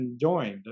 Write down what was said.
joined